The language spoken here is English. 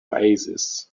oasis